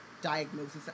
Diagnosis